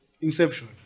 Inception